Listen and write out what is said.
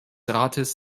rates